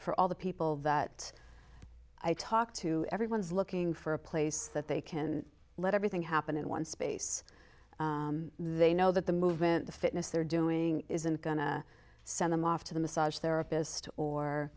all the people that i talk to everyone is looking for a place that they can let everything happen in one space they know that the movement the fitness they're doing isn't going to send them off to the massage therapist